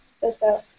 so-so